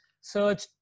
search